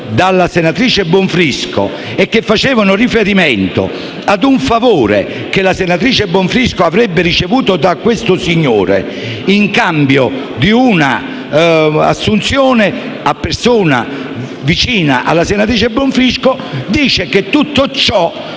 dalla senatrice Bonfrisco e che facevano riferimento a un favore che la senatrice Bonfrisco avrebbe ricevuto da questo signore, consistente nell'assunzione di persona vicina alla senatrice Bonfrisco, non hanno